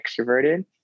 extroverted